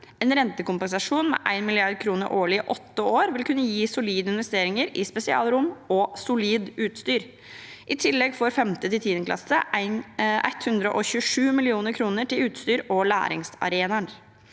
En rentekompensasjon med 1 mrd. kr årlig i åtte år vil kunne gi solide investeringer i spesialrom og solid utstyr. I tillegg får 5.–10. klasse 127 mill. kr til utstyr og læringsarenaer.